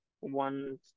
one